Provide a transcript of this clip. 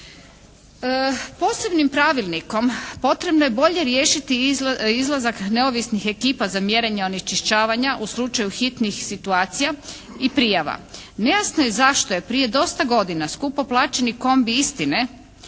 Posebnim pravilnikom potrebno je bolje riješiti izlazak neovisnih ekipa za mjerenje onečišćavanja u slučaju hitnih situacija i prijava. Nejasno je zašto je prije dosta godina skupo plaćeni kombi istine